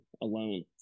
alone